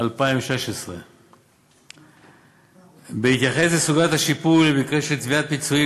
2016. בהתייחס לסוגיית השיפוי במקרה של תביעת פיצויים